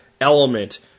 element